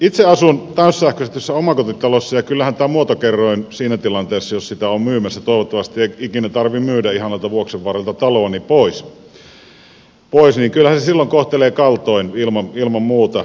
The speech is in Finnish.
itse asun täyssähköistetyssä omakotitalossa ja kyllähän tämä muotokerroin siinä tilanteessa jos sitä on myymässä toivottavasti ei ikinä tarvitse myydä ihan tuolta vuoksen varrelta taloani pois kohtelee kaltoin ilman muuta